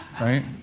right